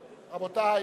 רבותי.